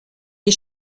des